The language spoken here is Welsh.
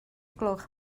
gloch